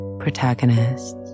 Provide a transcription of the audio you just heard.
protagonists